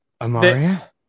Amaria